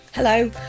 Hello